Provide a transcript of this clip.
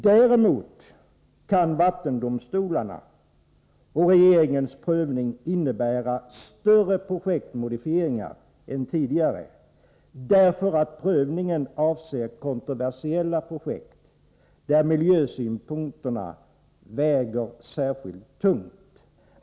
Däremot kan vattendomstolarnas och regeringens prövning innebära större projektmodifieringar än tidigare i de fall prövningen avser kontroversiella projekt, där miljösynpunkterna väger särskilt tungt.